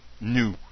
new